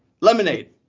Lemonade